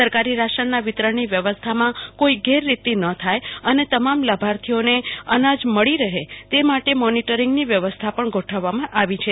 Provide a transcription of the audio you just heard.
સરકારી રાશનના વિતરણની વ્યવસ્થામાં કોઈ ગેરરીતિ ન થાય અને તમામ લાભાર્થીઓને અનાજ મળી રહે તે માટે મોનીટરીંગની વ્યવસ્થા પણ ગોઠવવામાં આવી છે